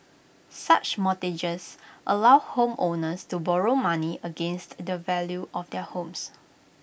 such mortgages allow homeowners to borrow money against the value of their homes